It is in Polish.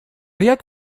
jak